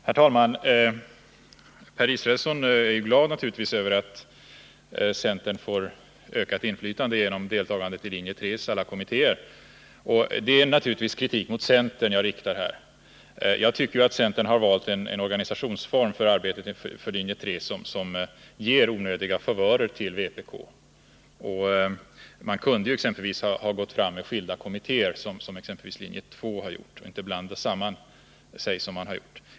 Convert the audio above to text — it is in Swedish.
Herr talman! Per Israelsson är naturligtvis glad över att centern får inflytande genom deltagandet i linje 3:s alla kommittéer, och det är givetvis kritik mot centern jag framför här. Jag tycker att centern har valt en organisationsform för arbetet för linje 3 som ger onödiga favörer till vpk. Man kunde exempelvis ha gått fram med skilda kommittéer, som exempelvis linje 2 har gjort, och inte vara med om en sådan här sammanblandning.